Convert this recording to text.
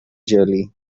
jolie